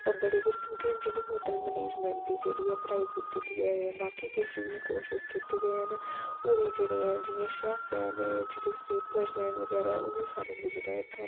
ओह् बड़े गै स्टूडेंट जि'यां होटल मैनेजमैंट दी जेह्ड़ी ऐ ओह् पढ़ाई कीती दी ऐ बाकी किश बी कोशिश कीती दी हैन होर एह् जेह्ड़े हैन जि'यां शैफ हैन जेह्ड़े स्वीपर्ज हैन बगैरा उ'नें सारें गी जेह्ड़ा ऐ कम्म